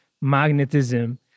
magnetism